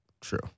True